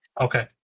Okay